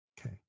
Okay